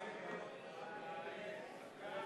הצעת סיעות חד"ש בל"ד